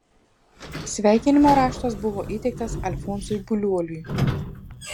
sveikinimo raštas buvo įteiktas alfonsui buliuoliui